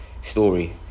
story